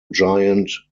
giant